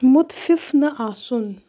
مُتفِف نہَ آسُن